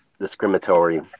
discriminatory